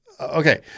Okay